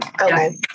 Okay